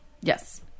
Yes